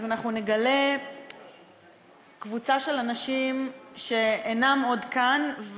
אנחנו נגלה קבוצה של אנשים שכבר אינם כאן,